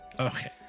Okay